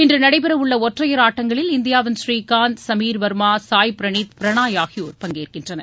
இன்று நடைபெறவுள்ள ஒற்றையர் ஆட்டங்களில் இந்தியாவின் ஸ்ரீகாந்த் சுமீர் வர்மா சாய் பிரணீத் பிரணாய் ஆகியோர் பங்கேற்கின்றனர்